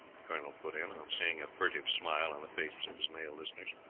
the colonel put in, on seeing a furtive smile on the faces of his male listeners.